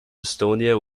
estonia